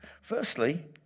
Firstly